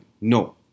No